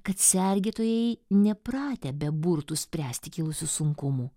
kad sergėtojai nepratę be burtų spręsti kilusių sunkumų